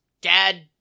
dad